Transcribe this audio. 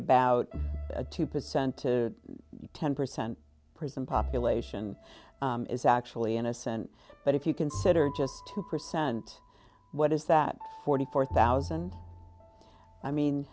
about a two percent ten percent prison population is actually innocent but if you consider just two percent what is that forty four thousand i mean